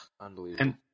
Unbelievable